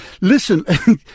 Listen